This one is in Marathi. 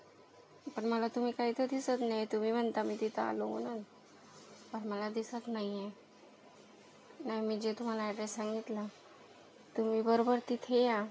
पण मला तुम्ही काय इथं दिसत नाही तुम्ही म्हणता मी तिथं आलो म्हणून पण मला दिसत नाही आहे नाही मी जे तुम्हाला ॲड्रेस सांगितला तुम्ही बरोबर तिथे या